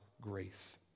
grace